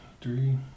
three